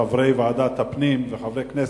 לחברי ועדת הפנים ולחברי כנסת,